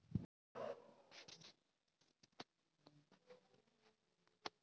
रमेश महाराष्ट्र स बांसेर पौधा आनिल छ